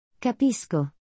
Capisco